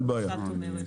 אין בעיה.